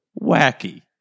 wacky